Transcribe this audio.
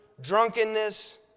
drunkenness